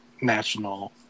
national –